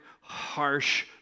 harsh